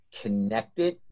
Connected